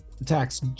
attacks